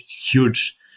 huge